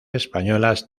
españolas